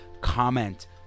Comment